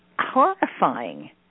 horrifying